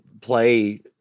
play